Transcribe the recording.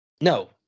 No